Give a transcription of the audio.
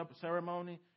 ceremony